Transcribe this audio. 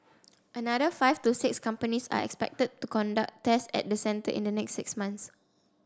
another five to six companies are expected to conduct tests at the centre in the next six months